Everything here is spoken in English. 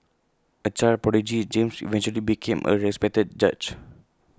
A child prodigy James eventually became A respected judge